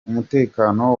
umutekano